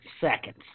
seconds